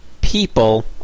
people